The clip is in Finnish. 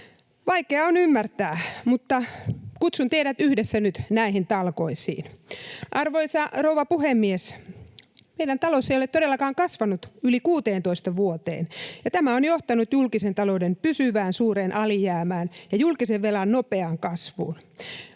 Vaikea on ymmärtää, mutta kutsun teidät yhdessä nyt näihin talkoisiin. Arvoisa rouva puhemies! Meidän taloutemme ei ole todellakaan kasvanut yli 16 vuoteen, ja tämä on johtanut julkisen talouden pysyvään, suureen alijäämään ja julkisen velan nopeaan kasvuun.